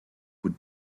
would